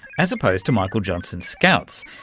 as opposed to michael johnson's scouts.